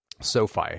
sofi